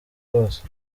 bwose